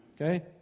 Okay